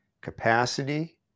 capacity